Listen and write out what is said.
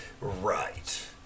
Right